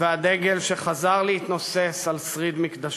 והדגל שחזר להתנוסס על שריד המקדש.